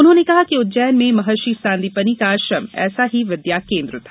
उन्होंने कहा कि उज्जैन में महर्षि सांदीपनि का आश्रम ऐसा ही विद्या केन्द्र था